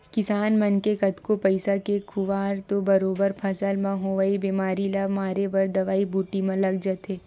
किसान मन के कतको पइसा के खुवार तो बरोबर फसल म होवई बेमारी ल मारे बर दवई बूटी म लग जाथे